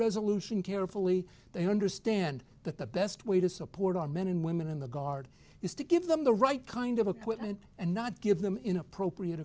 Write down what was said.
resolution carefully they understand that the best way to support our men and women in the guard is to give them the right kind of equipment and not give them inappropriate